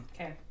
Okay